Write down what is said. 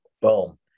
Boom